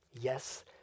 yes